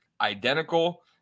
identical